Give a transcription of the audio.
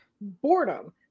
boredom